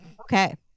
okay